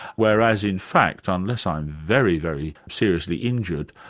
whereas in fact, unless i'm very, very seriously injured,